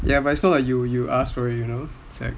ya but it's not like you asked for it you know